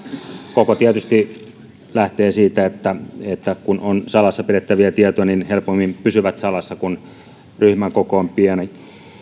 koko tietysti lähtee siitä että että kun on salassa pidettäviä tietoja niin ne helpommin pysyvät salassa kun ryhmän koko on pieni